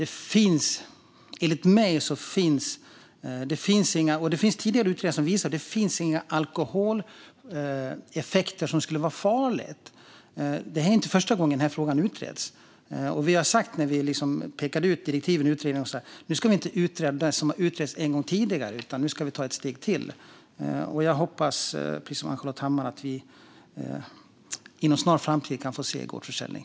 Tidigare utredningar visar att det inte skulle medföra några farliga alkoholeffekter. Det är inte första gången som denna fråga utreds. När direktiven till utredningen skrevs sa vi att det som har utretts tidigare inte ska utredas en gång till utan att vi nu ska ta ett steg till. Jag hoppas, precis som Ann-Charlotte Hammar Johnsson, att vi inom en snar framtid kan få se gårdsförsäljning.